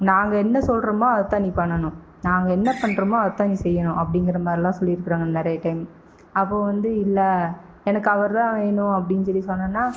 நாங்கள் என்ன சொல்கிறோமோ அதைத்தான் நீ பண்ணணும் நாங்கள் என்ன பண்ணுறோமோ அதைத்தான் நீ செய்யணும் அப்படிங்கிற மாதிரில்லாம் சொல்லியிருக்குறாங்க நிறைய டைம் அப்போது வந்து இல்லை எனக்கு அவர் தான் வேணும் அப்படின்னு சொல்லி சொன்னேன்னா